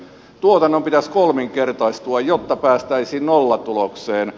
tuotannon pitäisi kolminkertaistua jotta päästäisiin nollatulokseen